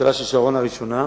ממשלת שרון הראשונה,